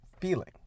feeling